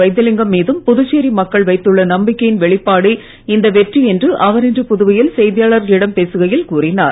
வைத்திலிங்கம் மீதும் புதுச்சேரி மக்கள் வைத்துள்ள நம்பிக்கையின் வெளிப்பாடே இந்த வெற்றி என்று அவர் இன்று புதுவையில் செய்தியாளர்களிடம் பேசுகையில் கூறினார்